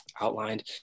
outlined